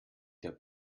der